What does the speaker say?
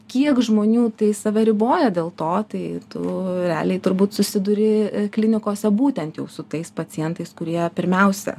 kiek žmonių tai save riboja dėl to tai tu realiai turbūt susiduri klinikose būtent jau su tais pacientais kurie pirmiausia